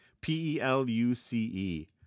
P-E-L-U-C-E